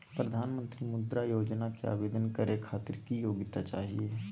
प्रधानमंत्री मुद्रा योजना के आवेदन करै खातिर की योग्यता चाहियो?